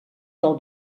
del